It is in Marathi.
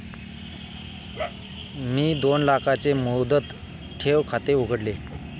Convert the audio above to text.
मी दोन लाखांचे मुदत ठेव खाते उघडले